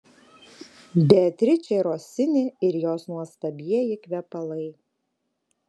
beatričė rosini ir jos nuostabieji kvepalai